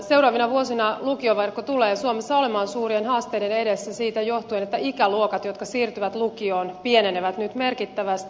seuraavina vuosina lukioverkko tulee suomessa olemaan suurien haasteiden edessä siitä johtuen että ikäluokat jotka siirtyvät lukioon pienenevät nyt merkittävästi